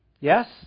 Yes